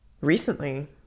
recently